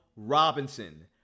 Robinson